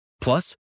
Plus